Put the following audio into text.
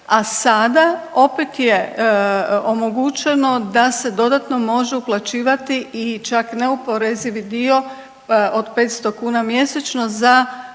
a sada opet je omogućeno da se dodatno može uplaćivati i čak neoporezivi dio od 500 kuna mjesečno za